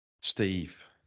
Steve